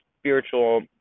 spiritual